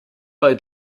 bei